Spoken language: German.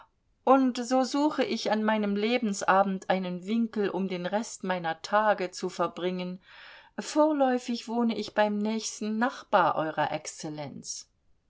und so suche ich an meinem lebensabend einen winkel um den rest meiner tage zu verbringen vorläufig wohne ich beim nächsten nachbar eurer exzellenz